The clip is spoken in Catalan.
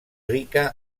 rica